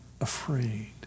afraid